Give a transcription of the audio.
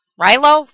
Rilo